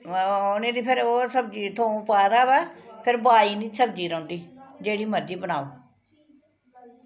नेईं ते फिर ओह् सब्जी थोम पाए दा होऐ फिर बाई निं सब्जी च रौंह्दी जेह्ड़ी मरजी बनाओ